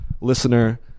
listener